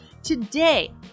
Today